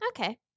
Okay